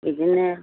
बिदिनो